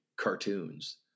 cartoons